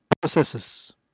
processes